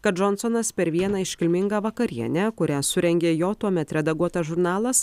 kad džonsonas per vieną iškilmingą vakarienę kurią surengė jo tuomet redaguotas žurnalas